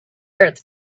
earth